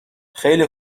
خیلی